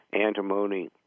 Antimony